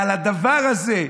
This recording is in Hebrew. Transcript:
על הדבר הזה.